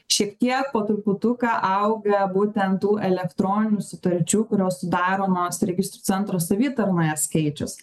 šiek tiek po truputuką auga būtent tų elektroninių sutarčių kurios sudaromos registrų centro savitarnoje skaičius